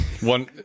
One